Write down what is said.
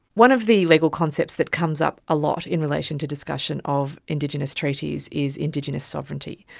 one of the legal concepts that comes up a lot in relation to discussion of indigenous treaties is indigenous sovereignty.